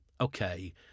okay